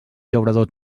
llaurador